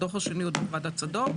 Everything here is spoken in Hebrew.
הדוח השני, דוח ועדת צדוק.